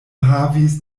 havis